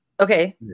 Okay